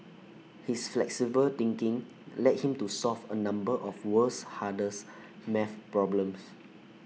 his flexible thinking led him to solve A number of world's hardest math problems